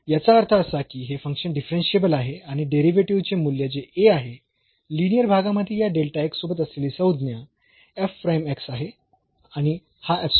याचा अर्थ असा की हे फंक्शन डिफरन्शियेबल आहे आणि डेरिव्हेटिव्ह चे मूल्य जे आहे लिनीअर भागामध्ये या सोबत असलेली संज्ञा आहे आणि हा आहे